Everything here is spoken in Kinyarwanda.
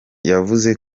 yavuze